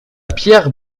pierre